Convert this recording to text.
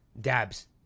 Dabs